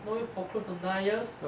know you for close to nine years